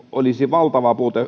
olisi valtava puute